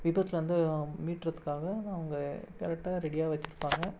விபத்துலேருந்து மீட்கிறதுக்காக அவங்க கரெக்டாக ரெடியாக வச்சுப்பாங்க